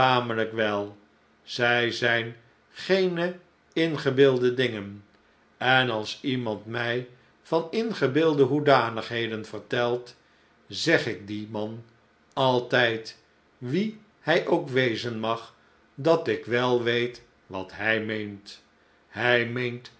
tamelijk wel zij zijn geene ingebeelde dingen en als iemand mij van ingebeelde hoedanigheden vertelt zeg ik dien man altijd wie hij ook wezen mag dat ik wel weet wat hij mee'nt